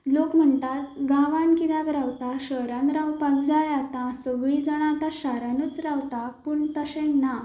लोक म्हणटा गांवांत कित्याक रावता शहरांत रावपाक जाय आतां सगळीं जाणां आतां शारांतूच रावता पूण तशें ना